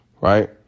Right